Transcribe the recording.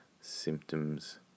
symptoms